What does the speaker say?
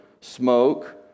smoke